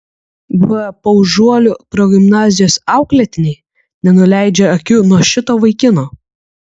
buvę paužuolių progimnazijos auklėtiniai nenuleidžia akių nuo šito vaikino